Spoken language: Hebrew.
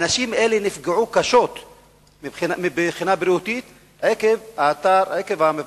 אנשים אלה נפגעו קשות מבחינה בריאותית עקב המפגע